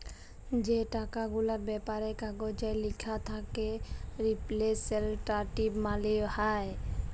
যে টাকা গুলার ব্যাপারে কাগজে ল্যাখা থ্যাকে রিপ্রেসেলট্যাটিভ মালি হ্যয়